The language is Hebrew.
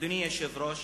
אדוני היושב-ראש,